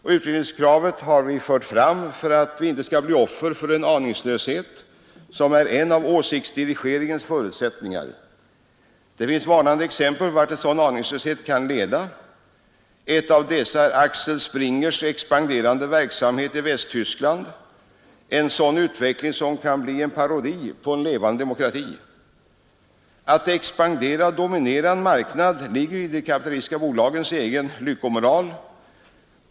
Vi har fört fram utredningskravet för att vi inte skall bli offer för den aningslöshet som är en av åsiktsdirigeringens förutsättningar. Det finns varnande exempel på vart en sådan aningslöshet kan leda. Ett av dessa är Axel Springers expanderande verksamhet i Västtyskland, en utveckling som kan bli en parodi på en levande demokrati. Att expandera och dominera en marknad ligger i de kapitalistiska bolagens egen lyckomoral.